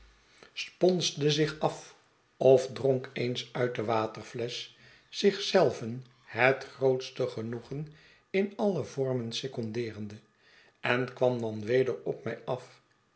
sponsde zich af of dronk eens nit de waterflesch zich zelven met het grootste genoegen in alle vormen secondeerende en kwam dan weder op mij af